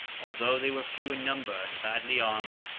although they were few in number, and badly armed,